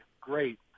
great